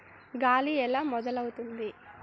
గాలి ఎలా మొదలవుతుంది?